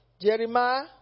Jeremiah